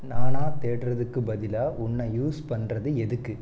நானாக தேடுறதுக்குப் பதிலாக உன்னை யூஸ் பண்ணுறது எதுக்கு